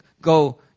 go